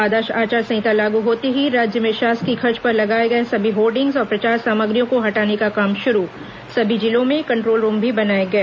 आदर्श आचार संहिता लागू होते ही राज्य में शासकीय खर्च पर लगाए गए सभी होर्डिंग्स और प्रचार सामग्रियों को हटाने का काम शुरू सभी जिलों में कंट्रोल रूम भी बनाए गए